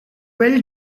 well